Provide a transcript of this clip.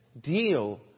deal